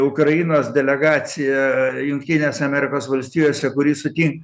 ukrainos delegaciją jungtinėse amerikos valstijose kuri sutin